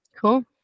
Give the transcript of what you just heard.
Cool